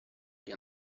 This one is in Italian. agli